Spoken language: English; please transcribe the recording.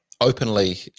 openly